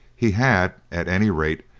he had, at any rate,